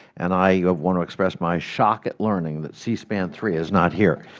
and i want to express my shock at learning that c-span three is not here.